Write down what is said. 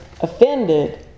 offended